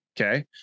Okay